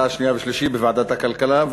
הקריאה השנייה והשלישית בוועדת הכלכלה,